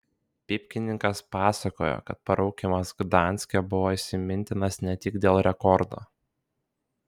pypkininkas pasakojo kad parūkymas gdanske buvo įsimintinas ne tik dėl rekordo